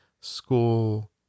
school